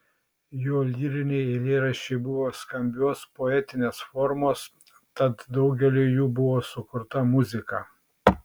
jo lyriniai eilėraščiai buvo skambios poetinės formos tad daugeliui jų buvo sukurta muzika